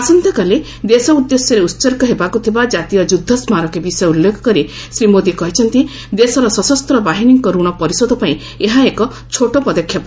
ଆସନ୍ତାକାଲି ଦେଶ ଉଦ୍ଦେଶ୍ୟରେ ଉତ୍ସର୍ଗ ହେବାକୁ ଥିବା ଜାତୀୟ ଯୁଦ୍ଧ ସ୍କାରକୀ ବିଷୟ ଉଲ୍ଲେଖ କରି ଶ୍ରୀ ମୋଦି କହିଛନ୍ତି ଦେଶର ସଶସ୍ତ୍ର ବାହିନୀଙ୍କ ରଣ ପରିଶୋଧ ପାଇଁ ଏହା ଏକ ଛୋଟ ପଦକ୍ଷେପ